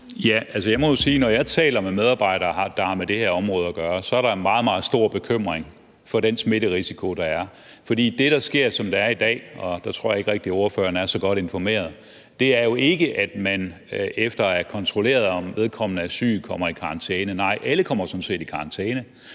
Altså, jeg må sige, at når jeg taler med medarbejdere, der har med det her område at gøre, er der en meget, meget stor bekymring for den smitterisiko, der er. For det, der sker, som det er i dag – og der tror jeg ikke rigtig, ordføreren er så godt informeret – er jo ikke, at man efter at have kontrolleret, om vedkommende er syg, sender vedkommende i karantæne. Nej, alle kommer sådan set i karantæne.